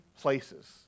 places